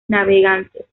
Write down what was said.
navegantes